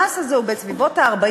המס הזה הוא בסביבות ה-40%.